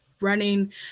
running